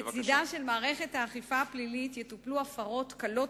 לצדה של מערכת האכיפה הפלילית יטופלו הפרות קלות